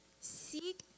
seek